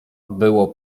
było